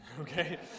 Okay